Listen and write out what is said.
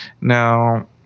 Now